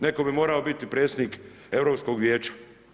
Netko bi morao biti predsjednik Europskog vijeća.